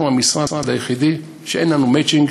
אנחנו המשרד היחיד שאין אצלו מצ'ינג.